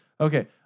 Okay